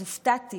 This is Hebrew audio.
אז הופתעתי